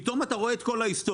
פתאום אתה רואה את כל ההיסטוריה,